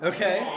Okay